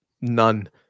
None